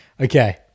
Okay